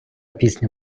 пісня